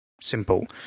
simple